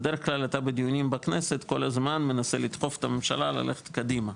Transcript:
בדרך כלל אתה בדיונים בכנסת כל הזמן מנסה לדחוף את הממשלה ללכת קדימה,